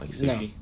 No